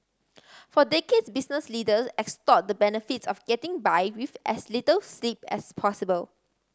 for decades business leaders extolled the benefits of getting by with as little sleep as possible